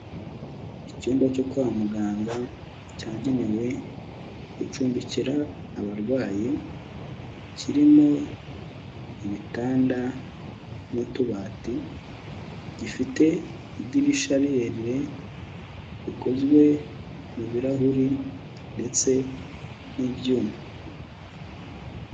Icyumba cyo kwa muganga cyagenewe gucumbikira abarwayi, kirimo ibitanda n'utubati gifite idirisha rirerire rikozwe mu birarahuri ndetse n'ibyuma.